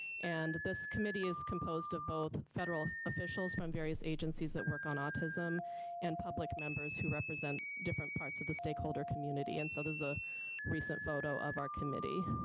and this committee is composed of both federal officials from various agencies that work on autism and public members who represent different parts of the stakeholder community and so this is a recent photoof our committee.